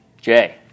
Jay